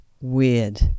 weird